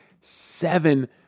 seven